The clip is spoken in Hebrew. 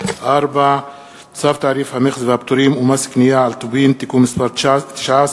4. צו תעריף המכס והפטורים ומס קנייה על טובין (תיקון מס' 19),